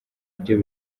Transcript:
byo